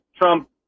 Trump